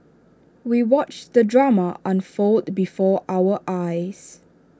we watched the drama unfold before our eyes